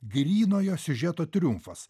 grynojo siužeto triumfas